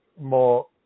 more